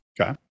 Okay